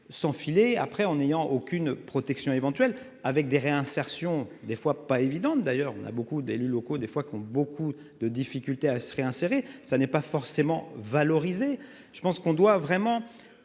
s'enfiler après en n'ayant aucune protection éventuelle avec des réinsertion des fois pas évidente. D'ailleurs on a beaucoup d'élus locaux, des fois qu'ont beaucoup de difficultés à se réinsérer. Ça n'est pas forcément valorisé. Je pense qu'on doit vraiment